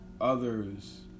others